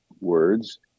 words